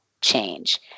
change